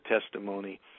testimony